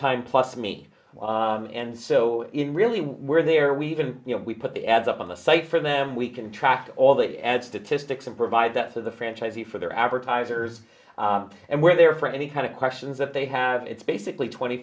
time plus me and so really we're there we even you know we put the ads up on the site for them we can track all that ad statistics and provide that for the franchisee for their advertisers and where they're for any kind of questions that they have it's basically twenty